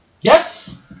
Yes